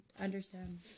understand